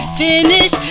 finish